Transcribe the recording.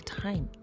time